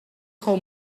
kho